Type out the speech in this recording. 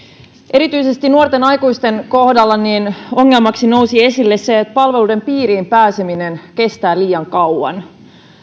erityisesti nuorten aikuisten kohdalla ongelmaksi nousi esille se että palveluiden piiriin pääseminen kestää liian kauan